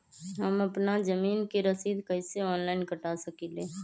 हम अपना जमीन के रसीद कईसे ऑनलाइन कटा सकिले?